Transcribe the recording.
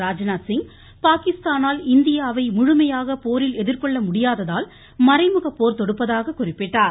ராஜ்நாத்சிங் பாகிஸ்தானால் இந்தியாவை முழுமையாக போரில் எதிர்கொள்ள முடியாததால் மறைமுக போர் தொடுப்பதாக குறிப்பிட்டார்